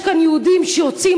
יש כאן יהודים שיוצאים